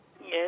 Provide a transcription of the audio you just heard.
Yes